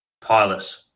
pilot